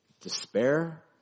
despair